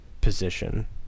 position